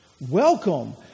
welcome